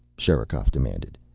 sherikov demanded.